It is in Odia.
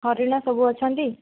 ହରିଣ ସବୁ ଅଛନ୍ତି